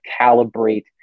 Calibrate